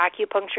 acupuncture